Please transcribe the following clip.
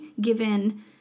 given